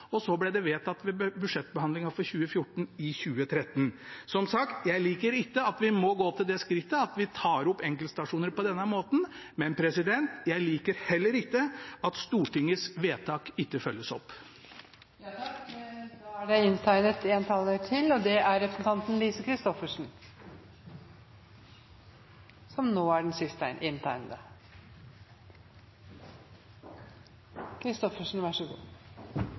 og så ble det vedtatt ved budsjettbehandlingen for 2014, i 2013. Som sagt: Jeg liker ikke at vi må gå til det skrittet at vi tar opp enkeltstasjoner på denne måten, men jeg liker heller ikke at Stortingets vedtak ikke følges opp. Det hørtes ut som presidenten håpet at det forble den sist inntegnede også – men det var egentlig et spørsmål til statsråden jeg hadde, så vi får se hva som